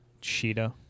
Cheetah